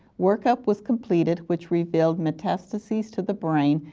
work-up was completed, which revealed metastases to the brain,